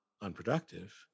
unproductive